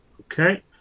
Okay